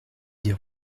des